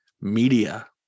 media